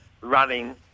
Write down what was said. running